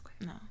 No